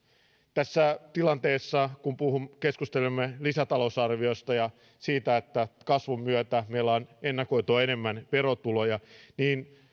tässä tilanteessa kun kun keskustelemme lisätalousarviosta ja siitä että kasvun myötä meillä on ennakoitua enemmän verotuloja